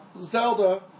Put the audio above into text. Zelda